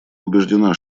убеждена